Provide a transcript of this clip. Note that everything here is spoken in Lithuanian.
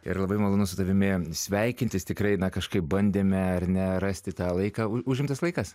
ir labai malonu su tavimi sveikintis tikrai na kažkaip bandėme ar ne rasti tą laiką užimtas laikas